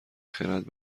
خرد